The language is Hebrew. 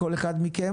כל אחד מכם.